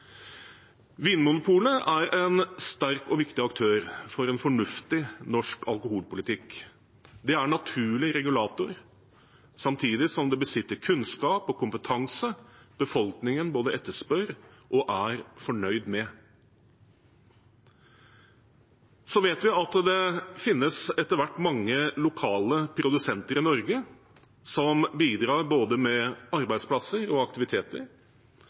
Vinmonopolet er en sterk og viktig aktør for en fornuftig norsk alkoholpolitikk. Det er en naturlig regulator, samtidig som det besitter kunnskap og kompetanse befolkningen både etterspør og er fornøyd med. Så vet vi at det finnes, etter hvert, mange lokale produsenter i Norge som bidrar med både arbeidsplasser og aktiviteter,